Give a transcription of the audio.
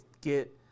get